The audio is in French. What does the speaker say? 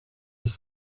dix